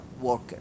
worker